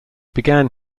began